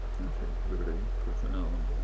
nothing very profound.